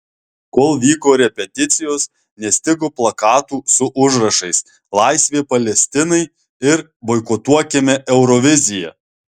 kol vyko repeticijos nestigo plakatų su užrašais laisvė palestinai ir boikotuokime euroviziją